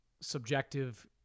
subjective